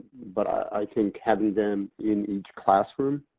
but i think having them in each classroom